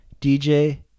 DJ